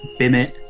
Bimit